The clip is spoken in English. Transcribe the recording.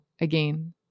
again